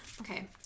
Okay